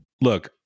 look